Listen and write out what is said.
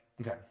Okay